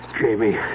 Jamie